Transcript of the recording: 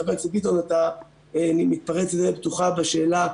חבר הכנסת ביטון, אתה מתפרץ לדלת פתוח בשאלה.